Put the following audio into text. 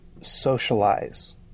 socialize